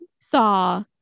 saw